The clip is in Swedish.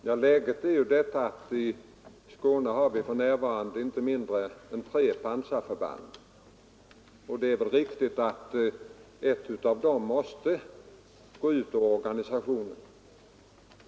Herr talman! Läget är ju detta, att vi i Skåne för närvarande har inte mindre än tre pansarförband, och det är väl riktigt att ett av dem måste utgå ur organisationen.